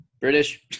British